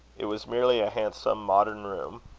it was merely a handsome modern room,